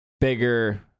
bigger